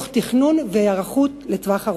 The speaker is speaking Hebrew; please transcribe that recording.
תוך תכנון והיערכות לטווח הארוך.